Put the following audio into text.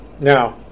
Now